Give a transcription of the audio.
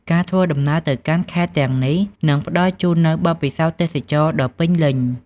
ការធ្វើដំណើរទៅកាន់ខេត្តទាំងនេះនឹងផ្តល់ជូននូវបទពិសោធន៍ទេសចរណ៍ដ៏ពេញលេញ។